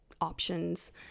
options